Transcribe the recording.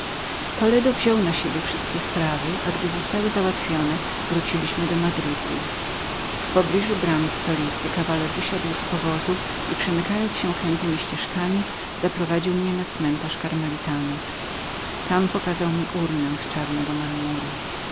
odpocząć wziął na siebie wszystkie sprawy po których załatwieniu wróciliśmy do madrytu niedaleko bram stolicy wysiadł z powozu i przemykając się krętemi ścieżkami zaprowadził mnie na cmentarz karmelitek tam pokazał mi urnę z czarnego marmuru